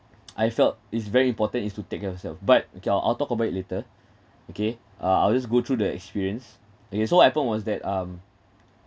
I felt is very important is to take care yourself but okay I'll I'll talk about it later okay uh I'll just go through the experience okay so what happened was that um